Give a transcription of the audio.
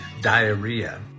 diarrhea